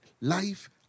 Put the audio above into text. Life